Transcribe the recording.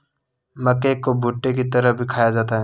मक्के को भुट्टे की तरह भी खाया जाता है